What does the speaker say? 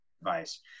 advice